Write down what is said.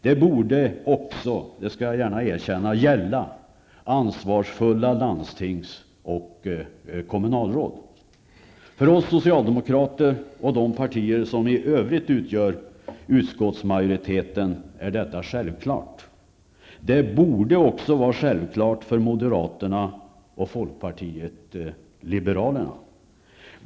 De borde också -- det skall jag gärna erkänna -- gälla ansvarsfulla landstingsråd och kommunalråd. För oss socialdemokrater och de partier i övrigt som utgör utskottsmajoriteten är detta självklart. Det borde vara självklart också för moderaterna och folkpartiet liberalerna.